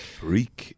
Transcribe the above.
freak